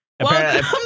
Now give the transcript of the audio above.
Welcome